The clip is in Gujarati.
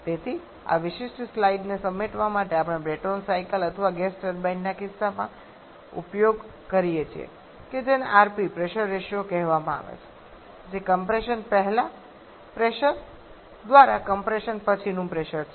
તેથી આ વિશિષ્ટ સ્લાઇડને સમેટવા માટે આપણે બ્રેટોન સાયકલ અથવા ગેસ ટર્બાઇનના કિસ્સામાં ઉપયોગ કરીએ છીએ કે જેને rp પ્રેશર રેશિયો કહેવામાં આવે છે જે કમ્પ્રેશન પહેલા પ્રેશર દ્વારા કમ્પ્રેશન પછી પ્રેશર છે